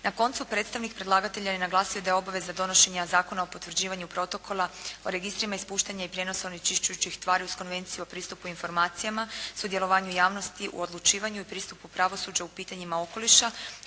Na koncu predstavnik predlagatelja je naglasio da je obveza donošenja Zakona o potvrđivanju Protokola o registrima ispuštanja i prijenosa onečišćujućih tvari uz Konvenciju o pristupu informacijama, sudjelovanju javnosti u odlučivanju i pristupu pravosuđu u pitanjima okoliša